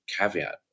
caveat